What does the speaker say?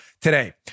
today